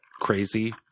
crazy